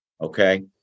okay